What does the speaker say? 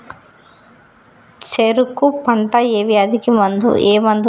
చెరుకు పంట వ్యాధి కి ఏ మందు వాడాలి?